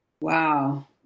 Wow